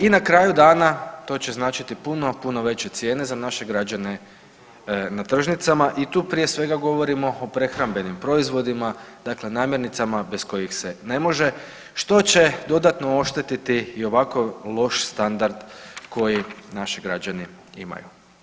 I na kraju dana to će značiti puno puno veće cijene za naše građane na tržnicama i tu prije svega govorimo o prehrambenim proizvodima, dakle namirnicama bez kojih se ne može, što će dodatno oštetiti i ovako loš standard koji naši građani imaju.